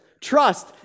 trust